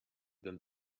then